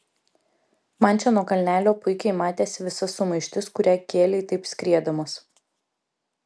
man čia nuo kalnelio puikiai matėsi visa sumaištis kurią kėlei taip skriedamas